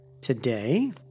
Today